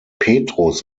petrus